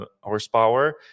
horsepower